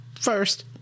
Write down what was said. First